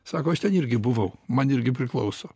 sako aš ten irgi buvau man irgi priklauso